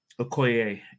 Okoye